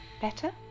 Better